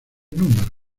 números